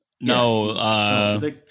No